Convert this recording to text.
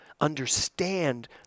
understand